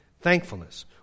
thankfulness